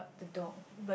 the dog